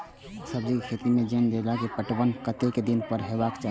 सब्जी के खेती में जेना चना के पहिले पटवन कतेक दिन पर हेबाक चाही?